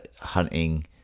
hunting